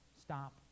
stop